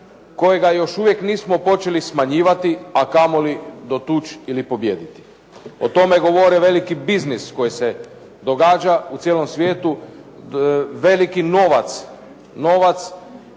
kojega još uvijek nismo počeli smanjivati a kamoli dotući ili pobijediti. O tome govori veliki biznis koji se događa u cijelom svijetu, veliki novac,